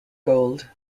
gold